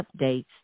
updates